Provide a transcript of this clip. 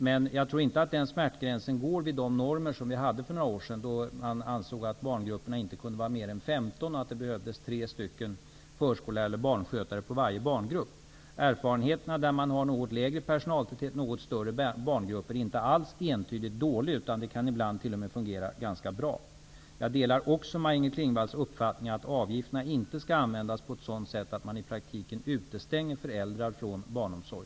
Men jag tror inte att den smärtgränsen går vid de normer som vi hade för några år sedan då man ansåg att barngrupperna inte kunde vara större än 15 barn, att de behövdes tre förskollärare eller barnskötare för varje barngrupp. Erfarenheterna av något lägre personaltäthet och något större barngrupper är inte alls entydigt dåliga, utan det kan ibland t.o.m. fungera ganska bra. Jag delar också Maj-Inger Klingvalls uppfattning om att avgifterna inte skall användas på ett sådant sätt att man i praktiken utestänger föräldrar från barnomsorg.